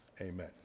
Amen